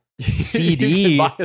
CD